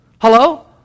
Hello